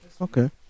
Okay